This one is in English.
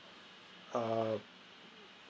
err